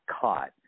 caught